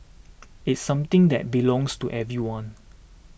it's something that belongs to everyone